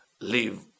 live